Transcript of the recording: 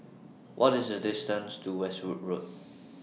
What IS The distance to Westwood Road